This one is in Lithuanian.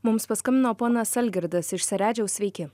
mums paskambino ponas algirdas iš seredžiaus sveiki